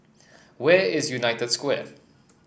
where is United Square